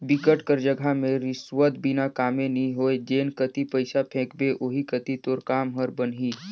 बिकट कर जघा में रिस्वत बिना कामे नी होय जेन कती पइसा फेंकबे ओही कती तोर काम हर बनही